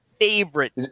favorite